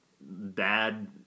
bad